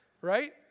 right